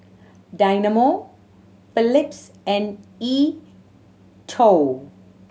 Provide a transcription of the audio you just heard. Dynamo Phillips and E Twow